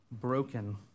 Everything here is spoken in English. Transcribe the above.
broken